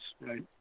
right